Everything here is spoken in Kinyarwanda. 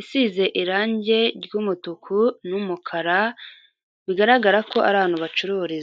isize irangi ry'umutuku n'umukara, bigaragara ko ari ahantu bacururiza.